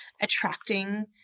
attracting